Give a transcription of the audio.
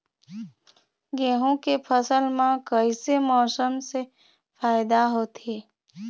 गेहूं के फसल म कइसे मौसम से फायदा होथे?